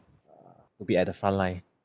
to be at the frontline